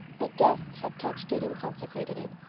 but death had touched it and consecrated it,